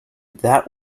that